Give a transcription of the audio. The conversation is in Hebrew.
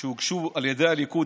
שהוגשו על ידי הליכוד,